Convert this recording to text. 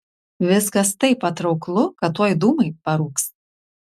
viskas taip patrauklu kad tuoj dūmai parūks